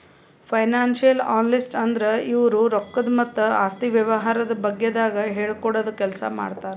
financial analyst ಅಂದ್ರ ಇವ್ರು ರೊಕ್ಕದ್ ಮತ್ತ್ ಆಸ್ತಿ ವ್ಯವಹಾರದ ಬಗ್ಗೆದಾಗ್ ಹೇಳ್ಕೊಡದ್ ಕೆಲ್ಸ್ ಮಾಡ್ತರ್